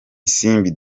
isimbi